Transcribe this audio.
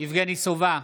יבגני סובה,